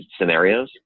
scenarios